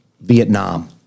Vietnam